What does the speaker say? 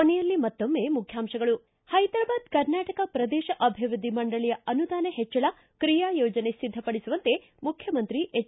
ಕೊನೆಯಲ್ಲಿ ಮತ್ತೊಮ್ಮೆ ಮುಖ್ಯಾಂಶಗಳು ಿಗಿ ಹೈದ್ರಾಬಾದ್ ಕರ್ನಾಟಕ ಪ್ರದೇಶ ಅಭಿವೃದ್ಧಿ ಮಂಡಳಿಯ ಅನುದಾನ ಹೆಚ್ಚಳ ಕ್ರಿಯಾ ಯೋಜನೆ ಸಿದ್ಧಪಡಿಸುವಂತೆ ಮುಖ್ಯಮಂತ್ರಿ ಎಚ್